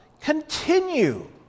continue